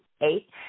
Eight